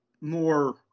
more